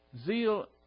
Zeal